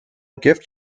gift